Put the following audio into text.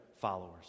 followers